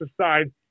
aside